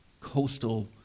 coastal